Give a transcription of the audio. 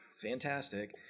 Fantastic